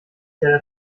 der